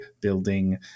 building